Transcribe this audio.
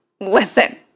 listen